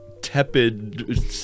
tepid